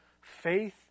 faith